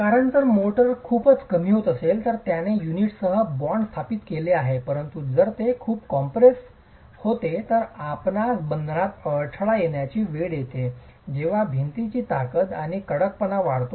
कारण जर मोर्टार खूपच कमी होत असेल तर त्याने युनिटसह बॉन्ड स्थापित केले आहे परंतु जर ते खूपच कॉम्प्रेस होते तर आपणास बंधनात अडथळा येण्याची वेळ येते जेव्हा भिंतीची ताकद आणि कडकपणा वाढतो